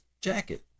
jacket